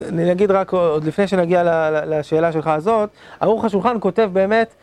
אני אגיד רק עוד לפני שנגיע לשאלה שלך הזאת, ערוך השולחן כותב באמת